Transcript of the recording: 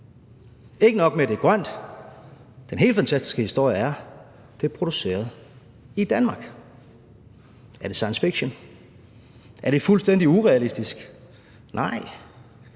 ikke nok med, at det er grønt: Den helt fantastiske historie er, at det er produceret i Danmark. Er det science fiction? Er det fuldstændig urealistisk? Nej,